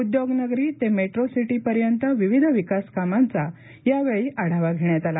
उद्योगनगरी ते मेट्रो सिपीपर्यंत विविध विकास कामांचा यावेळी आढावा घेण्यात आला